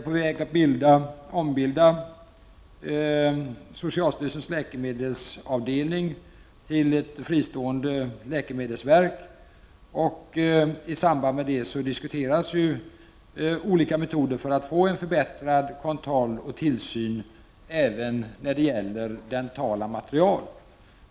Vi skall ombilda socialstyrelsens läkemedelsavdelning till ett fristående läkemedelsverk, och i samband med det diskuteras metoder för att få till stånd en förbättrad kontroll av och tillsyn över även dentala material.